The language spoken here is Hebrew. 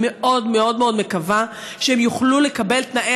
אני מאוד מאוד מאוד מקווה שהם יוכלו לקבל תנאי